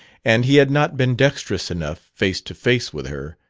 and he had not been dextrous enough, face to face with her,